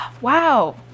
wow